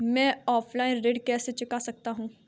मैं ऑफलाइन ऋण कैसे चुका सकता हूँ?